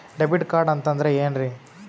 Debit card ಅಂತಂದ್ರೆ ಏನ್ರೀ?